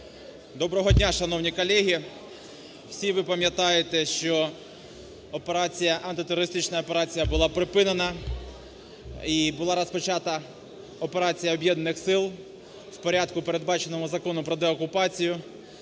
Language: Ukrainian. Доброго дня, шановні колеги! Всі ви пам'ятаєте, що операція, антитерористична була припинена і була розпочата операція Об'єднаних сил в порядку, передбаченому Законом про деокупацію.